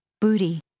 Booty